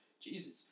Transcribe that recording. Jesus